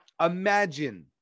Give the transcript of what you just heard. Imagine